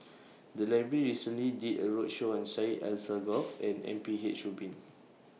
The Library recently did A roadshow on Syed Alsagoff and M P H Rubin